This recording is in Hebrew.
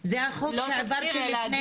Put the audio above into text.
תסקיר, זה החוק שהעברתי לפני שבועיים.